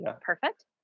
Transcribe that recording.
Perfect